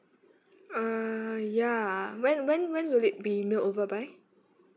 err ya when when when will it be mailed over by